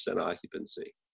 occupancy